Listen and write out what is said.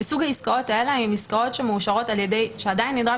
סוג העסקאות האלה הן עסקאות שעדיין נדרש